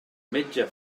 metge